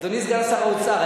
אדוני סגן שר האוצר,